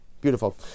Beautiful